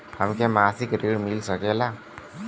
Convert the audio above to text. हमके मासिक ऋण मिल सकेला?